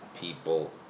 people